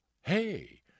hey